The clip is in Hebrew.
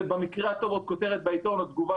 זה במקרה הטוב עוד כותרת בעיתון או תגובה